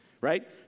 right